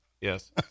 Yes